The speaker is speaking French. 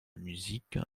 musique